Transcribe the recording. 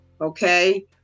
Okay